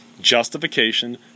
justification